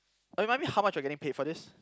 remind me how much we are getting paid for this